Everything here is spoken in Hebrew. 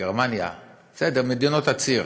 גרמניה בסדר, מדינות הציר